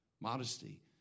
Modesty